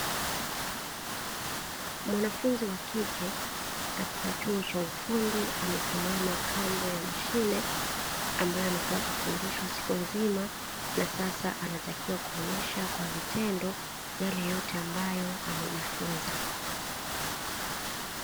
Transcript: Mwanafunzi wa kike katika chuo cha ufundi amesimama kando ya mashine, ambayo amekua akifundishwa siku nzima, na sasa anatakiwa kuonyesha kwa vitendo, yale yote ambayo amejifunza.